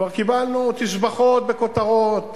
כבר קיבלנו תשבחות וכותרות,